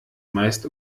meist